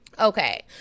okay